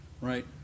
right